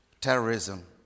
Terrorism